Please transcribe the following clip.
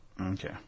Okay